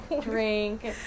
drink